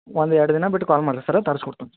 ಒಂದು ಎರಡು ದಿನ ಬಿಟ್ಟು ಕಾಲ್ ಮಾಡಿರಿ ಸರ್ರ ತರ್ಸ್ಕೊಡ್ತೀನ್ ಸರ್